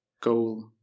goal